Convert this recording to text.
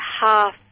half